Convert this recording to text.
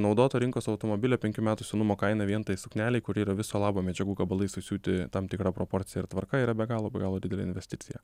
naudoto rinkos automobilio penkių metų senumo kaina vien tai suknelei kuri yra viso labo medžiagų gabalai susiūti tam tikra proporcija ir tvarka yra be galo be galo didelė investicija